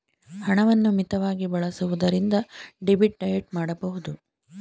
ಹಣವನ್ನು ಮಿತವಾಗಿ ಬಳಸುವುದರಿಂದ ಡೆಬಿಟ್ ಡಯಟ್ ಮಾಡಬಹುದು